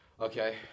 Okay